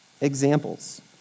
examples